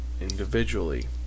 individually